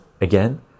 again